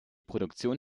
produktion